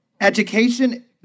education